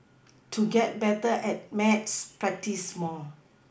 to get better at maths practise more